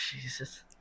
Jesus